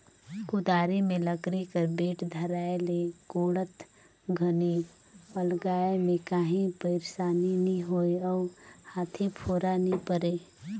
कुदारी मे लकरी कर बेठ धराए ले कोड़त घनी अलगाए मे काही पइरसानी नी होए अउ हाथे फोरा नी परे